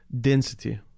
Density